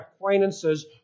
acquaintances